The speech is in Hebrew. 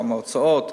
כמה הוצאות,